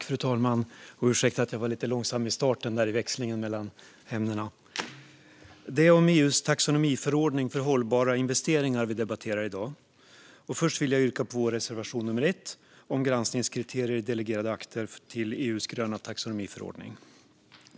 Fru talman! Det är EU:s taxonomiförordning för hållbara investeringar som vi ska debattera i dag. Först vill jag yrka bifall till vår reservation nummer 1 om granskningskriterier i delegerade akter till EU:s gröna taxonomiförordning.